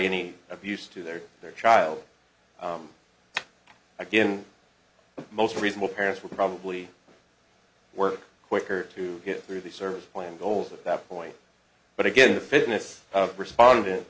any abuse to their their child again most reasonable parents would probably work quicker to get through the service plan goals at that point but again the fitness of respondent